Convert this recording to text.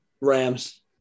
Rams